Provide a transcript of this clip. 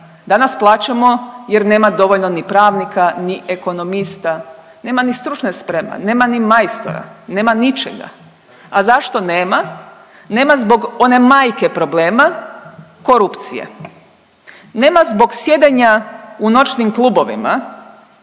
danas plačemo jer nema dovoljno ni pravnika, ni ekonomista, nema ni stručne spreme, nema ni majstora, nema ničega. A zašto nema? Nema zbog one majke problema, korupcije. Nema zbog sjedenja u noćnim klubovima